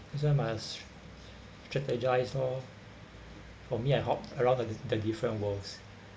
this one must strategise loh for me I hop around the the different worlds